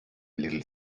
little